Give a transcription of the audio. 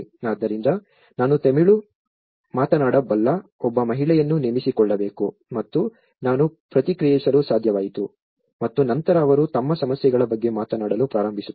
ಆದ್ದರಿಂದ ನಾನು ತಮಿಳು ಮಾತನಾಡಬಲ್ಲ ಒಬ್ಬ ಮಹಿಳೆಯನ್ನು ನೇಮಿಸಿಕೊಳ್ಳಬೇಕು ಮತ್ತು ನಾನು ಪ್ರತಿಕ್ರಿಯಿಸಲು ಸಾಧ್ಯವಾಯಿತು ಮತ್ತು ನಂತರ ಅವರು ತಮ್ಮ ಸಮಸ್ಯೆಗಳ ಬಗ್ಗೆ ಮಾತನಾಡಲು ಪ್ರಾರಂಭಿಸುತ್ತಾರೆ